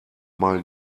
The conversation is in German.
mal